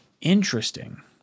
Interesting